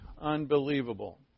unbelievable